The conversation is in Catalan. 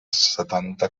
setanta